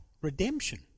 Redemption